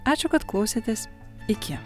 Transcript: ačiū kad klausėtės iki